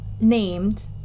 named